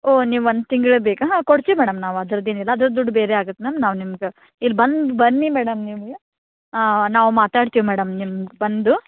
ಓ ನೀವು ಒಂದು ತಿಂಗ್ಳು ಬೇಕಾ ಹಾಂ ಕೊಡ್ತೀವಿ ಮೇಡಮ್ ನಾವು ಆ ಥರದ್ದು ಏನಿಲ್ಲ ಅದ್ರದು ದುಡ್ಡು ಬೇರೆಯಾಗತ್ತೆ ಮ್ಯಾಮ್ ನಾವು ನಿಮ್ಗೆ ಇಲ್ಲಿ ಬಂದು ಬನ್ನಿ ಮೇಡಮ್ ನೀವು ನಾವು ಮಾತಾಡ್ತೀವಿ ಮೇಡಮ್ ನಿಮ್ಗೆ ಬಂದು